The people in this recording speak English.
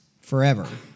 forever